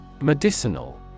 medicinal